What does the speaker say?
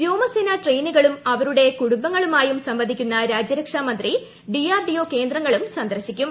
വ്യോമസേന ട്രെയിനികളും അവരുടെ കുടുംബങ്ങളൂമായും സംവദിക്കുന്ന രാജ്യരക്ഷാമന്ത്രി ഡിആർഡിഒ കേന്ദ്രങ്ങളും സന്ദർശിക്കും